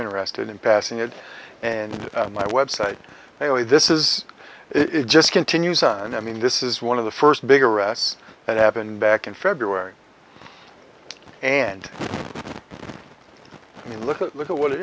interested in passing it and my website may only this is it just continues on i mean this is one of the first big arrests that happened back in february and i mean look at look at what it